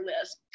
list